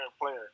player